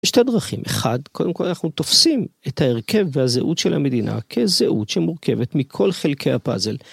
שתי דרכים, אחד, קודם כל אנחנו תופסים את ההרכב והזהות של המדינה כזהות שמורכבת מכל חלקי הפאזל.